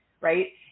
right